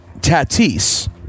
Tatis